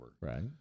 Right